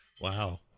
Wow